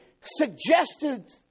suggested